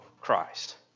Christ